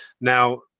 now